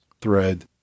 thread